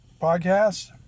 podcast